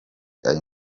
ayo